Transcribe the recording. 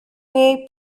niej